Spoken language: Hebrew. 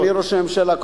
אדוני ראש הממשלה,